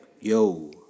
yo